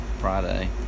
Friday